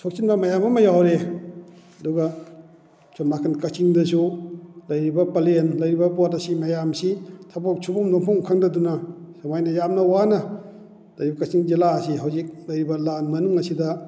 ꯁꯣꯛꯆꯤꯟꯕ ꯃꯌꯥꯝ ꯑꯃ ꯌꯥꯎꯔꯦ ꯑꯗꯨꯒ ꯁꯣꯝ ꯅꯥꯀꯟ ꯀꯛꯆꯤꯡꯗꯁꯨ ꯂꯩꯔꯤꯕ ꯄꯂꯦꯟ ꯂꯩꯔꯤꯕ ꯄꯣꯠ ꯑꯁꯤ ꯃꯌꯥꯝꯁꯤ ꯊꯕꯛ ꯁꯨꯐꯝ ꯅꯣꯝꯐꯝ ꯈꯪꯗꯗꯨꯅ ꯁꯨꯃꯥꯏꯅ ꯌꯥꯝꯅ ꯋꯥꯅ ꯂꯩ ꯀꯛꯆꯤꯡ ꯖꯤꯂꯥ ꯑꯁꯤ ꯍꯧꯖꯤꯛ ꯂꯩꯔꯤꯕ ꯂꯥꯟ ꯃꯅꯨꯡ ꯑꯁꯤꯗ